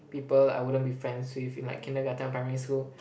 people I wouldn't be friends with in like kindergarten and primary school